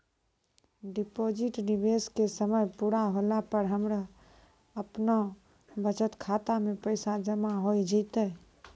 Deposit निवेश के समय पूरा होला पर हमरा आपनौ बचत खाता मे पैसा जमा होय जैतै?